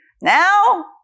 now